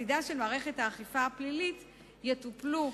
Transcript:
לצדה של מערכת האכיפה הפלילית יטופלו,